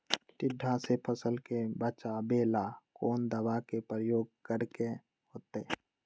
टिड्डा से फसल के बचावेला कौन दावा के प्रयोग करके होतै?